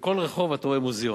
בכל רחוב אתה רואה מוזיאון,